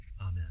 Amen